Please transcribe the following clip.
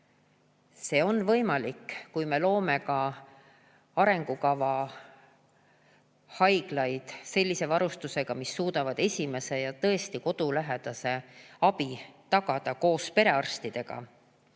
see on võimalik, kui me loome ka arengukava haiglaid sellise varustusega, mis suudavad esimese ja tõesti kodulähedase abi tagada koos perearstidega.